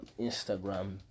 Instagram